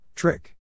Trick